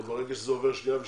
ברגע שזה עובר שנייה ושלישית,